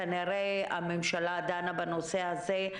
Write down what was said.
כנראה הממשלה דנה בנושא הזה.